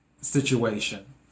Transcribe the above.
situation